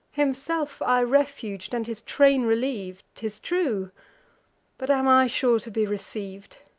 himself i refug'd, and his train reliev'd t is true but am i sure to be receiv'd?